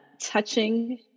touching